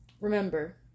remember